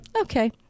Okay